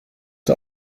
der